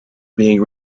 being